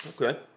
Okay